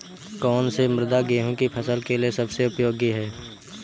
कौन सी मृदा गेहूँ की फसल के लिए सबसे उपयोगी है?